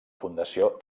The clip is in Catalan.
fundació